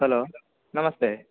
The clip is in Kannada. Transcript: ಹಲೋ ನಮಸ್ತೆ